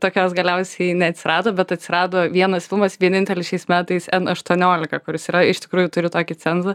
tokios galiausiai neatsirado bet atsirado vienas filmas vienintelis šiais metais en aštuoniolika kuris yra iš tikrųjų turi tokį cenzą